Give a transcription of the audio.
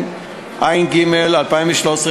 התשע"ג 2013,